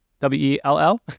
W-E-L-L